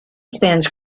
spans